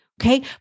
okay